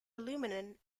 aluminium